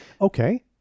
Okay